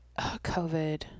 covid